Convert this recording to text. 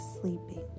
sleeping